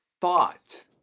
thought